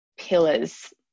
pillars